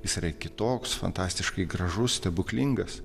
jis yra kitoks fantastiškai gražus stebuklingas